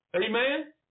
Amen